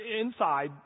inside